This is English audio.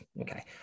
Okay